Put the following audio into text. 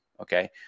Okay